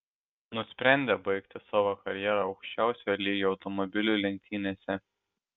nusprendė baigti savo karjerą aukščiausio lygio automobilių lenktynėse